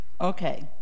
Okay